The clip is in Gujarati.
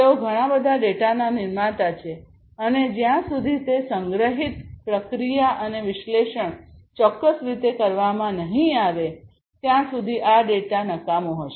તેઓ ઘણા બધા ડેટાના નિર્માતા છે અને જ્યાં સુધી તે સંગ્રહિત પ્રક્રિયા અને વિશ્લેષણ ચોક્કસ રીતે કરવામાં નહીં આવે ત્યાં સુધી આ ડેટા નકામું હશે